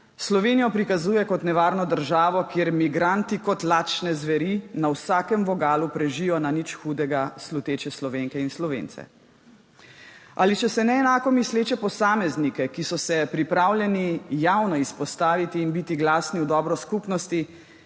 Slovenijo prikazuje kot nevarno državo, kjer migranti kot lačne zveri na vsakem vogalu prežijo na nič hudega sluteče Slovenke in Slovence. Ali če se neenako misleče posameznike, ki so se pripravljeni javno izpostaviti in biti glasni v dobro skupnosti,